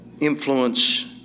Influence